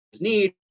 need